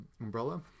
umbrella